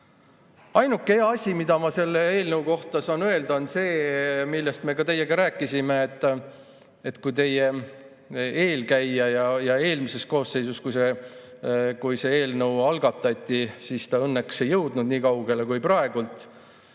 Ainuke hea asi, mida ma selle eelnõu kohta saan öelda, on see, millest me ka teiega rääkisime. Teie eelkäija eelmises koosseisus, kui see eelnõu algatati, õnneks ei jõudnud nii kaugele kui [teie]